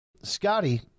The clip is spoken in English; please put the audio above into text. Scotty